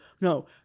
no